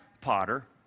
Potter